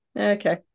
Okay